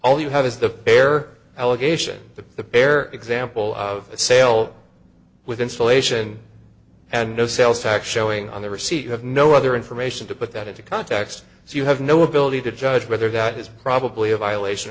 all you have is the bare allegation that the bare example of a sale with installation and no sales tax showing on the receipt you have no other information to put that into context so you have no ability to judge whether that is probably a violation